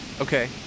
Okay